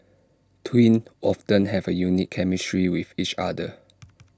twins often have A unique chemistry with each other